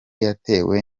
yatewe